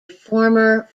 former